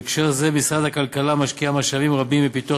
בהקשר זה משרד הכלכלה משקיע משאבים רבים בפיתוח